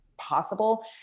possible